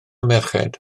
merched